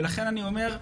ולכן, אני אומר,